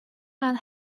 man